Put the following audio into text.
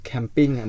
Camping